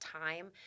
time